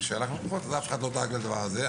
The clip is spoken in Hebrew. כשהלכנו לבחירות אף אחד לא דאג לדבר הזה.